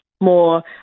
more